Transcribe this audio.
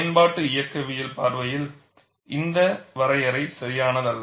பயன்பாட்டு இயக்கவியல் பார்வையில் இந்த வரையறை சரியானதல்ல